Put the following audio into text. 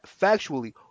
factually